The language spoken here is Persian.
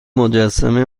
مجسمه